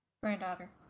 Granddaughter